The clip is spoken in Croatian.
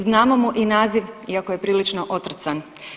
Znamo mu i naziv iako je prilično otrcan.